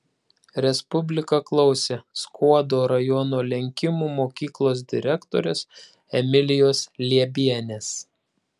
respublika klausė skuodo rajono lenkimų mokyklos direktorės emilijos liebienės